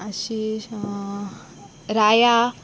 Ashish Raya